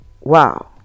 wow